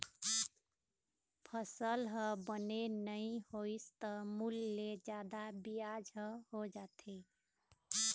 फसल ह बने नइ होइस त मूल ले जादा बियाज ह हो जाथे